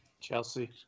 Chelsea